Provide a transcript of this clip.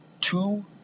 two